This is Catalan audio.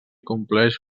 compleix